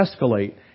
escalate